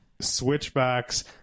switchbacks